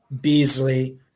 Beasley